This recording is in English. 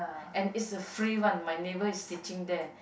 and it's a free one my neighbor is teaching there